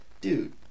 dude